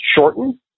shorten